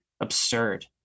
absurd